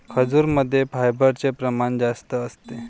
खजूरमध्ये फायबरचे प्रमाण जास्त असते